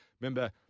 Remember